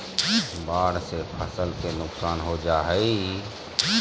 बाढ़ से फसल के नुकसान हो जा हइ